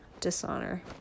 dishonor